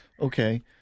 Okay